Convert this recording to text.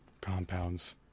compounds